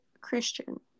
Christian